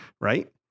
right